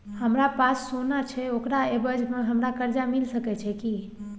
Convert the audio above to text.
हमरा पास सोना छै ओकरा एवज में हमरा कर्जा मिल सके छै की?